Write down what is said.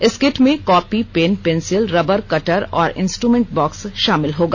इस किट में copy pen pencil rubber cutter और इंस्ट्रमेंट बॉक्स षामिल होगा